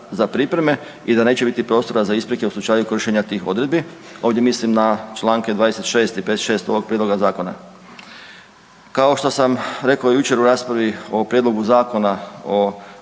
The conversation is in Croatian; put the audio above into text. za pripreme i da neće biti prostora za isprike u slučaju kršenja tih odredbi. Ovdje mislim na čl. 26 i 56 ovog Prijedloga zakona. Kao što sam rekao jučer u raspravi o prijedlogu zakona